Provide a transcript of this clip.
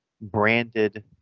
branded